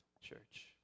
church